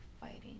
fighting